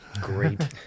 Great